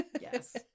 yes